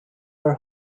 are